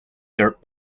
dirt